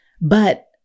but-